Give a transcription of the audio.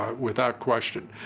without question.